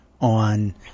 on